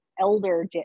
elder